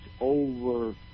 over